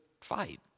fight